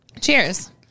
Cheers